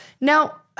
Now